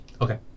Okay